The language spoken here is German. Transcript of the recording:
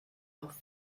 auf